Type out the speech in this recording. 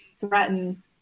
threaten